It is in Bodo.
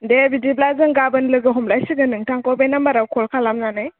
दे बिदिब्ला जों गाबोन लोगो हमलाय सिगोन नोंथांखौ बे नाम्बाराव खल खालामनानै